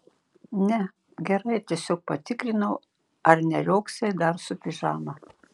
ne gerai tiesiog patikrinau ar neriogsai dar su pižama